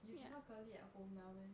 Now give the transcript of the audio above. you cannot 隔离 at home now meh